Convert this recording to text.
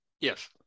Yes